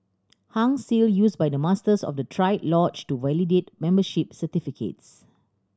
Hung Seal used by Masters of the triad lodge to validate membership certificates